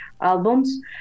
albums